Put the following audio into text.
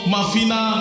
Mafina